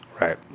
Right